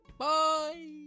Bye